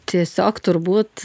tiesiog turbūt